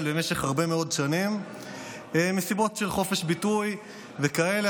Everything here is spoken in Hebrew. במשך הרבה מאוד שנים מסיבות של חופש ביטוי וכאלה.